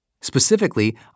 Specifically